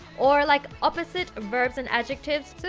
or like opposite verbs, and adjectives,